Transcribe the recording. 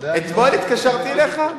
אתמול התקשרתי אליך?